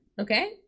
Okay